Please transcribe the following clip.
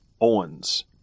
Owens